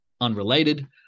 unrelated